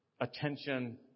attention